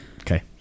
Okay